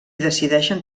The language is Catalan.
decideixen